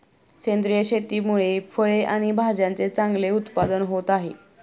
सेंद्रिय शेतीमुळे फळे आणि भाज्यांचे चांगले उत्पादन होत आहे